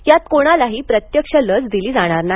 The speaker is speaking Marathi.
यात कोणालाही प्रत्यक्ष लस दिली जाणार नाही